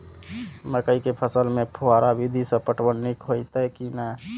मकई के फसल में फुहारा विधि स पटवन नीक हेतै की नै?